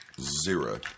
Zero